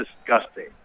disgusting